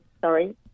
sorry